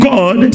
God